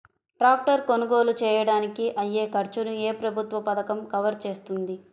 Tractor కొనుగోలు చేయడానికి అయ్యే ఖర్చును ఏ ప్రభుత్వ పథకం కవర్ చేస్తుంది?